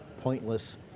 pointless